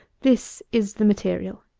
this is the material.